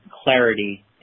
clarity